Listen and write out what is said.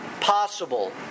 possible